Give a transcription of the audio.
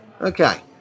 Okay